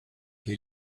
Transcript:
che